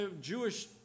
Jewish